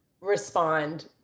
respond